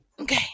Okay